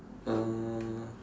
uh